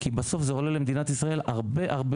כי בסוף זה עולה למדינת ישראל הרבה הרבה